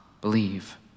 believe